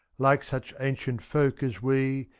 like such ancient folk as we.